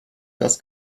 das